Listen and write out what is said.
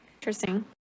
Interesting